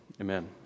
Amen